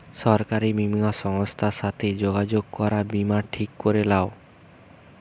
সরকারি বীমা সংস্থার সাথে যোগাযোগ করে বীমা ঠিক করে লাও